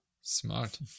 smart